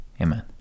Amen